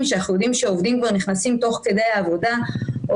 שאנחנו יודעים שעובדים כבר נכנסים תוך כדי לעבודה או